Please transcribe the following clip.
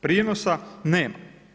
Prinosa nema.